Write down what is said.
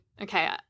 okay